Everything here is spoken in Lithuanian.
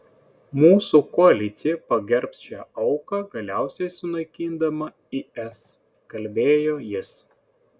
mūsų koalicija pagerbs šią auką galiausiai sunaikindama is kalbėjo jis